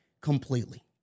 completely